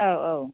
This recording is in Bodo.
औ औ